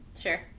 Sure